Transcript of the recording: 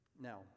Now